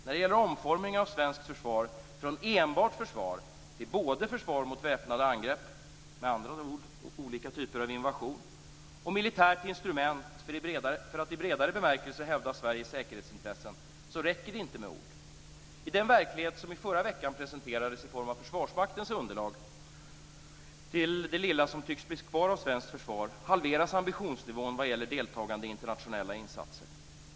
När det gäller omformningen av svenskt försvar från enbart försvar till både försvar mot väpnade angrepp - med andra ord olika typer av invasion - och försvar som militärt instrument för att i bredare bemärkelse hävda Sveriges säkerhetsintressen räcker det inte med ord. I den verklighet som i förra veckan presenterades i form av Försvarsmaktens underlag till det lilla som tycks bli kvar av svenskt försvar halveras ambitionsnivån vad gäller deltagande i internationella insatser.